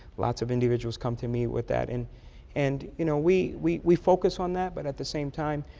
lots of individuals come to me with that and and you know, we we we focus on that but at the same time,